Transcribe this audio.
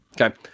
Okay